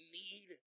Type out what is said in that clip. need